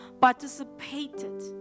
Participated